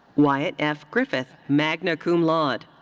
wyatt f. griffith, magna cum laude.